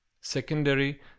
secondary